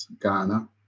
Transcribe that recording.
Ghana